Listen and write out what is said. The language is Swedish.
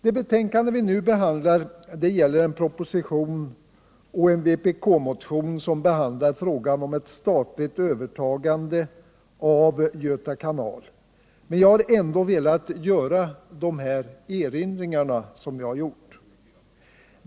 Det föreligande betänkandet behandlar en proposition och en vpk-motion, som gäller frågan om ett statligt övertagande av Göta kanal, men jag har ändå velat göra dessa erinringar.